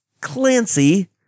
Clancy